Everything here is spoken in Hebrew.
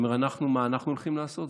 כשאני אומר "מה אנחנו הולכים לעשות",